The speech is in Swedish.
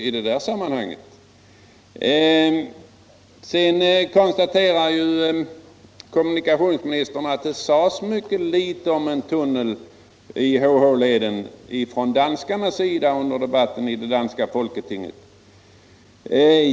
Sedan konstaterar kommunikationsministern att det sades mycket litet om en tunnel i HH-leden från danskarnas sida under debatten i folketinget.